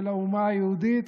של האומה היהודית.